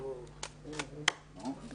מה הוא אמר?